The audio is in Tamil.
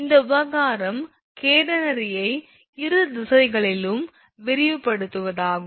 இந்த விவகாரம் கேடனரியை இரு திசைகளிலும் விரிவுபடுத்துவதாகும்